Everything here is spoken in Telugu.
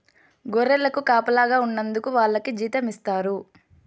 గొర్రెలకు కాపలాగా ఉన్నందుకు వాళ్లకి జీతం ఇస్తారు